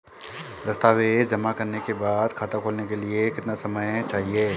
दस्तावेज़ जमा करने के बाद खाता खोलने के लिए कितना समय चाहिए?